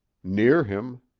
near him.